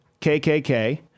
KKK